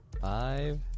five